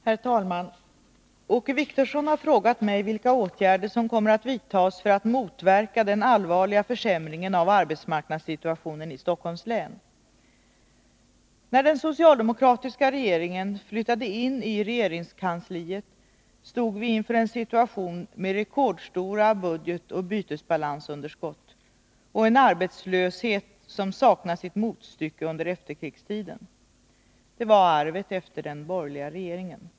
Herr talman! Åke Wictorsson har frågat mig vilka åtgärder som kommer att vidtas för att motverka den allvarliga försämringen av arbetsmarknadssituationen i Stockholms län. När den socialdemokratiska regeringen flyttade in i regeringskansliet stod vi inför en situation med rekordstora budgetoch bytesbalansunderskott och en arbetslöshet som saknar sitt motstrycke under efterkrigstiden. Det var arvet efter den borgerliga regeringen.